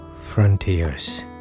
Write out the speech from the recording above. Frontiers